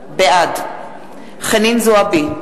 בעד חנין זועבי,